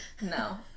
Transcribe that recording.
No